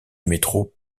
métro